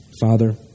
Father